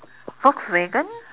Volkswagen